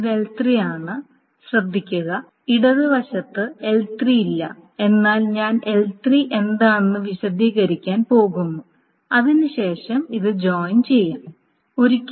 ഇത് L3 ആണ് ശ്രദ്ധിക്കുക ഇടതുവശത്ത് L3 ഇല്ല എന്നാൽ ഞാൻ L3 എന്താണെന്ന് വിശദീകരിക്കാൻ പോകുന്നു അതിനുശേഷം ഇത് ജോയിൻ ചെയ്യാം Refer Time 0602